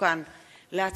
על הפרטה),